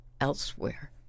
elsewhere